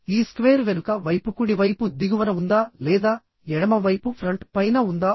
ఈ స్క్వేర్ వెనుక వైపు కుడి వైపు దిగువన ఉందా లేదా ఎడమ వైపు ఫ్రంట్ పైన ఉందా